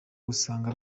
usanga